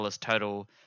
total